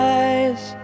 eyes